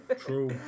True